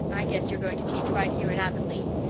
i guess you're going to teach right here in avonlea.